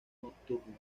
nocturno